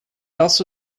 also